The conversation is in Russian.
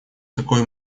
такой